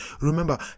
Remember